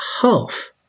half